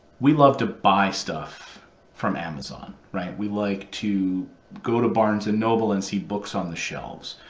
we love to buy stuff from amazon, right? we like to go to barnes and noble and see books on the shelves.